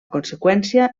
conseqüència